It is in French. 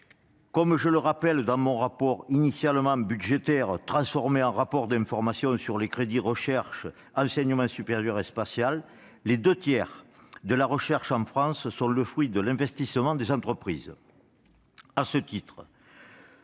comme je le rappelle dans mon rapport pour avis, initialement budgétaire, et transformé en rapport d'information, portant sur les crédits consacrés à la recherche, à l'enseignement supérieur et au spatial, les deux tiers de la recherche en France sont le fruit de l'investissement des entreprises.